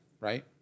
right